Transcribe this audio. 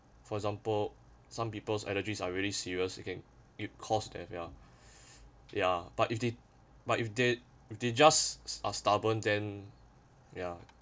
for example some people's allergies are really serious you can it cause death ya ya but if they but if they if they just are stubborn then ya